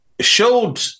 showed